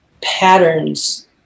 patterns